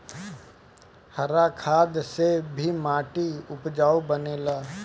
हरा खाद से भी माटी उपजाऊ बनेला